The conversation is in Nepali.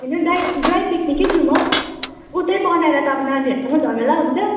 होइन ड्राई ड्राई पिकनिकै जाऔँ हौ उतै बनाएर त अब नानीहरूसँग झमेला हुन्छ